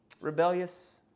rebellious